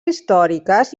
històriques